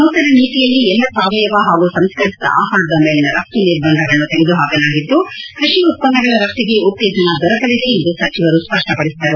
ನೂತನ ನೀತಿಯಲ್ಲಿ ಎಲ್ಲಾ ಸಾವಯವ ಹಾಗೂ ಸಂಸ್ಕರಿಸಿದ ಆಹಾರದ ಮೇಲಿನ ರಘ್ತ ನಿರ್ಬಂಧಗಳನ್ನು ತೆಗೆದುಪಾಕಲಾಗಿದ್ದು ಕೃಷಿ ಉತ್ಪನ್ನಗಳ ರಫ್ತಿಗೆ ಉತ್ತೇಜನ ದೊರಕಲಿದೆ ಎಂದು ಸಚಿವರು ಸ್ಪಷ್ಟಪಡಿಸಿದರು